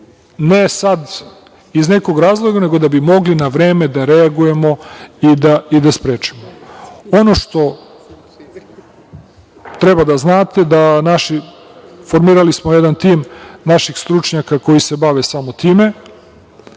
ne sad iz nekog razloga, nego da bi mogli na vreme da reagujemo i da sprečimo. Ono što treba da znate, formirali smo jedan tim naših stručnjaka koji se bave samo time.